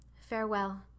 Farewell